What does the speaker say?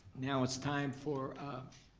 now it's time for